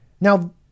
Now